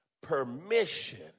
permission